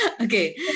Okay